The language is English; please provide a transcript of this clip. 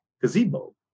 gazebo